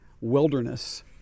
wilderness